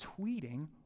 tweeting